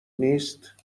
نیست